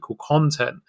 content